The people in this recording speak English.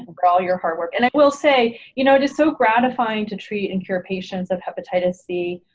and for all your hard work and i like will say you know it is so gratifying to treat and cure patients of hepatitis c.